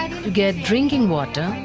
to get drinking water,